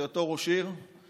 בהיותו ראש עירייה,